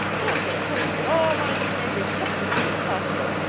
i want to get acquainted with all my new neighbors just as soon as possible.